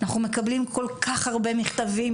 אנחנו מקבלים כל כך הרבה מכתבים,